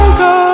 go